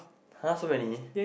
[huh] so many